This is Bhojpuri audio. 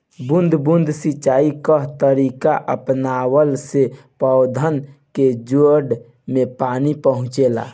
बूंद बूंद सिंचाई कअ तरीका अपनवला से पौधन के जड़ में पानी पहुंचेला